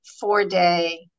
four-day